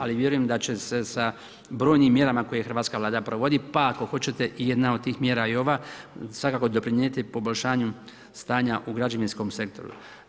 Ali vjerujem da će se sa brojnim mjerama koje Hrvatska Vlada provodi, pa ako hoćete i jedna od tih mjera i ova, svakako doprinijeti poboljšanju stanja u građevinskom sektoru.